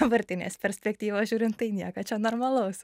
dabartinės perspektyvos žiūrint tai nieko čia normalus